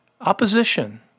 opposition